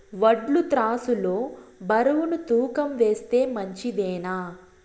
వడ్లు త్రాసు లో బరువును తూకం వేస్తే మంచిదేనా?